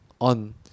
on